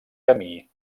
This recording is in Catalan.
camí